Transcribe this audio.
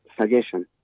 suggestion